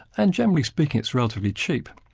and generally speaking, it's relatively cheap.